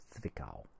Zwickau